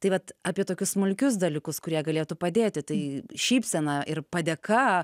tai vat apie tokius smulkius dalykus kurie galėtų padėti tai šypsena ir padėka